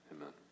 Amen